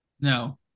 No